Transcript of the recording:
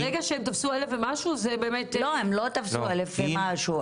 ברגע שהם תפסו אלף ומשהו -- הם לא תספו אלף ומשהו.